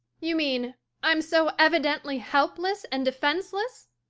you mean i'm so evidently helpless and defenceless?